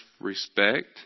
respect